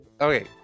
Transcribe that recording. Okay